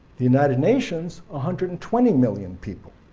the united nations ah hundred and twenty million people.